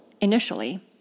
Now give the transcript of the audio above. initially